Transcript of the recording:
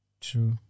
True